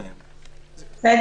2(ב).